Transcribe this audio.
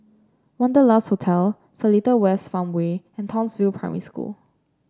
Wanderlust Hotel Seletar West Farmway and Townsville Primary School